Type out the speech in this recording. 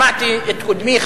שמעתי את קודמי,